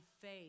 faith